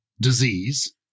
disease